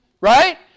Right